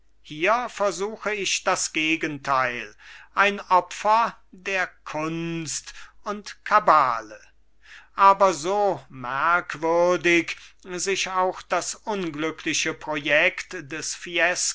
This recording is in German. hier versuche ich das gegenteil ein opfer der kunst und kabale aber so merkwürdig sich auch das unglückliche projekt des